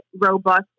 robust